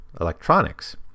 electronics